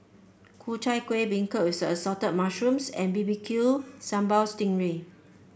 Ku Chai Kuih beancurd with Assorted Mushrooms and B B Q Sambal Sting Ray